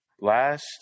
Last